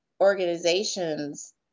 Organizations